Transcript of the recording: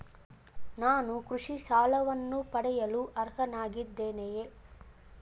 ನಾನು ಕೃಷಿ ಸಾಲವನ್ನು ಪಡೆಯಲು ಅರ್ಹನಾಗಿದ್ದೇನೆಯೇ?